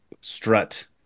strut